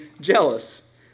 jealous